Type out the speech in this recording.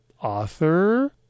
author